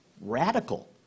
radical